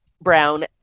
brown